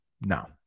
no